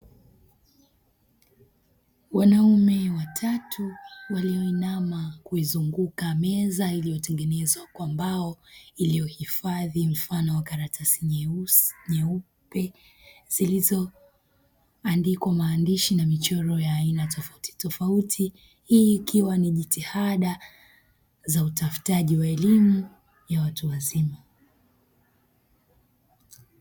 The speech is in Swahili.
Wanaume watatu, walioinama kuizunguka meza iliyotengenezwa kwa mbao, iliyohifadhi mfano wa karatasi nyeupe, zilizoandikwa maandishi na michoro ya aina tofautitofauti. Hii ikiwa ni jitihada za utafutaji wa elimu ya watu wazima.